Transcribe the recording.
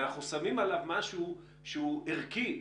ואנחנו שמים עליו משהו שהוא ערכי.